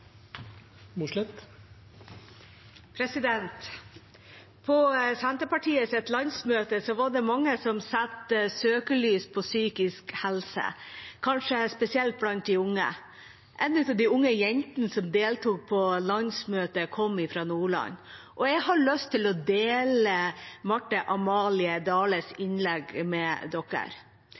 På Senterpartiets landsmøte var det mange som satte søkelyset på psykisk helse, kanskje spesielt blant de unge. En av de unge jentene som deltok på landsmøtet, kom fra Nordland, og jeg har lyst til å dele Marthe-Amalie Dahles innlegg med dere.